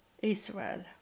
Israel